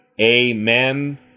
Amen